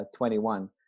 21